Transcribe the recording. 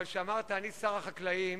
אבל כשאמרת: אני שר החקלאים,